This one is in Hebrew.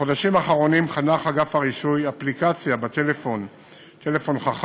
בחודשים האחרונים חנך אגף הרישוי אפליקציה בטלפון חכם,